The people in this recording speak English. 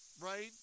right